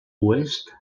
oest